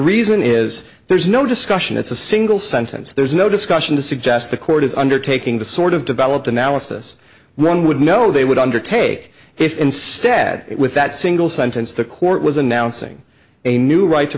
reason is there's no discussion it's a single sentence there's no discussion to suggest the court is undertaking the sort of developed analysis one would know they would undertake if instead with that single sentence the court was announcing a new right to